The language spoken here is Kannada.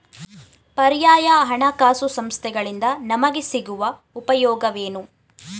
ಪರ್ಯಾಯ ಹಣಕಾಸು ಸಂಸ್ಥೆಗಳಿಂದ ನಮಗೆ ಸಿಗುವ ಉಪಯೋಗವೇನು?